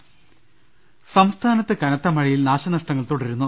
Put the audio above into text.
ൾ ൽ ൾ സംസ്ഥാനത്ത് കനത്ത മഴയിൽ നാശനഷ്ടങ്ങൾ തുടരുന്നു